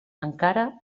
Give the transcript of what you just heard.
encara